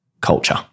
culture